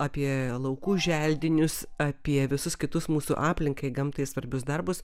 apie laukų želdinius apie visus kitus mūsų aplinkai gamtai svarbius darbus